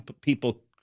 people